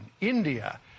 India